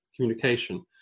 communication